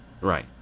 Right